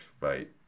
right